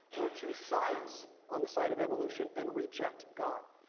or choose science on the side of evolution and reject god.